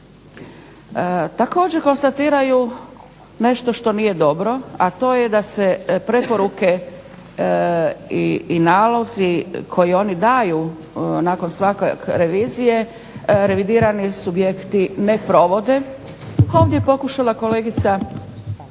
Također konstatiraju nešto što nije dobro, a to je da se preporuke i nalozi koji oni daju nakon svake revizije revidirani subjekti ne provode. Ovdje je pokušala kolegica